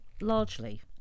largely